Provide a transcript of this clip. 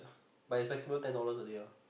but is maximum ten dollars only ah